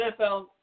NFL